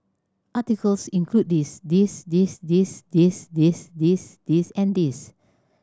articles include this this this this this this this this and this